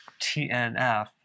TNF